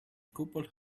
couple